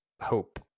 hope